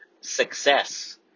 success